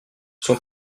son